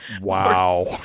Wow